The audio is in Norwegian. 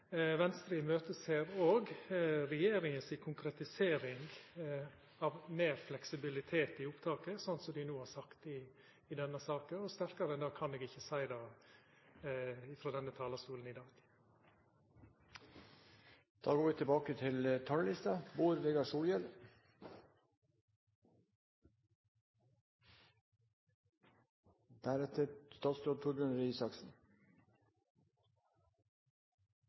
Venstre ser òg fram til regjeringa si konkretisering av «mer fleksibilitet» i opptaket, slik dei no har sagt det i denne saka. Sterkare enn det kan eg ikkje seia det frå denne talarstolen i